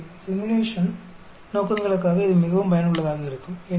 எனவே சிமுலேஷன் நோக்கங்களுக்காக இது மிகவும் பயனுள்ளதாக இருக்கும்